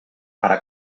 para